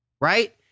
right